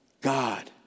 God